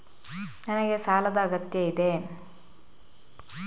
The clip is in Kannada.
ನನಗೆ ಸಾಲದ ಅಗತ್ಯ ಇದೆ?